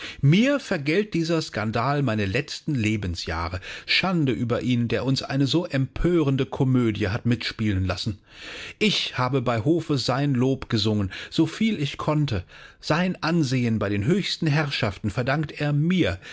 mir vergällt dieser skandal meine letzten lebensjahre schande über ihn der uns eine so empörende komödie hat mitspielen lassen ich habe bei hofe sein lob gesungen so viel ich konnte sein ansehen bei den höchsten herrschaften verdankte er mir